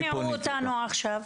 אז אולי ישכנעו אותנו עכשיו?